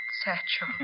satchel